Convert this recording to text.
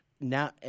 now